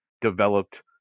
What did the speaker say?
developed